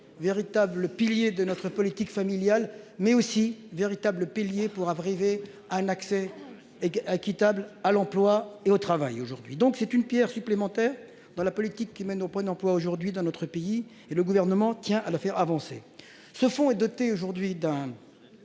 véritable pilier de notre politique familiale mais aussi véritable pilier pour abreuver un accès et à qui table à l'emploi et au travail aujourd'hui. Donc c'est une Pierre supplémentaire dans la politique qui mène au point d'emploi aujourd'hui dans notre pays et le gouvernement tient à le faire avancer. Ce fonds est doté aujourd'hui d'un.